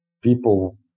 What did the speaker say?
people